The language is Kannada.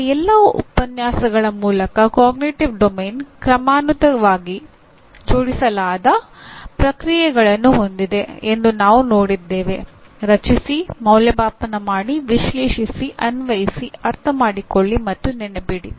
ನಮ್ಮ ಎಲ್ಲಾ ಉಪನ್ಯಾಸಗಳ ಮೂಲಕ ಅರಿವಿನ ಕಾರ್ಯಕ್ಷೇತ್ರ ಕ್ರಮಾನುಗತವಾಗಿ ಜೋಡಿಸಲಾದ ಪ್ರಕ್ರಿಯೆಗಳನ್ನು ಹೊಂದಿದೆ ಎಂದು ನಾವು ನೋಡಿದ್ದೇವೆ ರಚಿಸಿ ಮೌಲ್ಯಮಾಪನ ಮಾಡಿ ವಿಶ್ಲೇಷಿಸಿ ಅನ್ವಯಿಸಿ ಅರ್ಥಮಾಡಿಕೊಳ್ಳಿ ಮತ್ತು ನೆನಪಿಡಿ